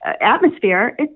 atmosphere